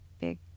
big